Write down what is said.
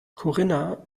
corinna